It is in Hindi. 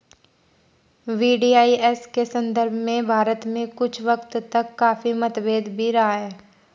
वी.डी.आई.एस के संदर्भ में भारत में कुछ वक्त तक काफी मतभेद भी रहा है